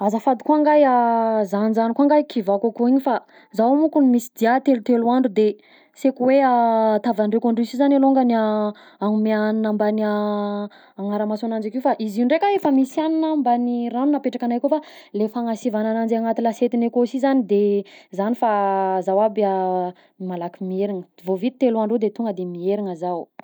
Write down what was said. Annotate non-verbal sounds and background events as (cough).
Azafady koa ngahy e (hesitation) ajanojaniko ao nga e kivàko akao igny fa zaho mokony misy dià telotelo andro de saiky hoe (hesitation) tavandreko andre si zany alongany (hesitation) hagnome hagnina mbanin'ny (hesitation) hagnara-maso agnazy akeo, fa izy io ndraika efa misy hagnina mban'ny ragno napetrakanay akao fa le fagnasivana ananjy agnatin'ny lasietiny akao si zany de zany fa (hesitation) zaho aby a (hesitation) malaky mieriny, vao vita telo andro de tonga de mierina zaho.